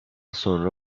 sonra